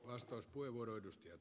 herra puhemies